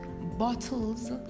bottles